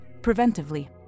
preventively